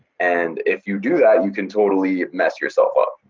and if you do that, you can totally mess yourself up,